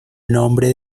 nombre